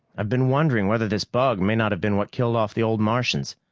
i've been wondering whether this bug may not have been what killed off the old martians.